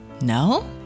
No